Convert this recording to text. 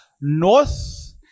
north